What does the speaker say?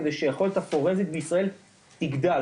כדי שבאמת היכולת הפורנזית בישראל תגדל,